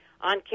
on